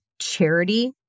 charity